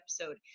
episode